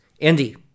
Andy